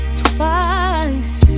twice